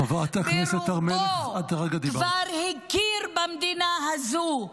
חברת הכנסת הר מלך, את כרגע דיברת.